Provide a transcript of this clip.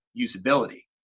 usability